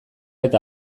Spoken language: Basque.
eta